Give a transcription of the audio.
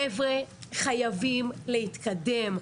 חבר'ה, חייבים להתקדם.